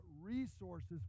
resources